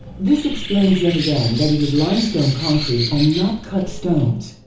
this explains yet again that it is limestone concrete and not cut stones.